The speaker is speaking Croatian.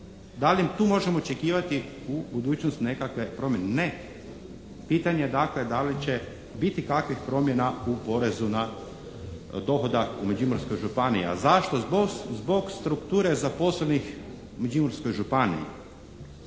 Da li tu možemo očekivati u budućnosti nekakve promjene? Ne. Pitanje je dakle da li će biti kakvih promjena u porezu na dohodak u Međimurskoj županiji? A zašto? Zbog strukture zaposlenih u Međimurskoj županiji.